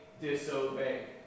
disobey